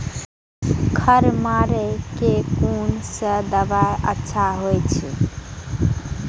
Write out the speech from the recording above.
खर मारे के कोन से दवाई अच्छा होय छे?